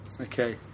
Okay